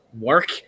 work